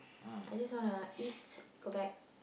I just wanna eat go back